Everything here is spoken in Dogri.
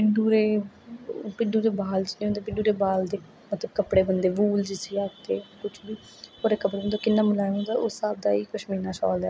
भिड्डू दे बाल नेईं होंदे भिड्डू दे बाल दे मतलब कि कपडे़ बनदे बूल जिसी आक्खने और इक किन्ना मुलायम होंदा उस स्हाब दा ई पछमीना शाअल ऐ ते